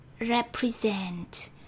represent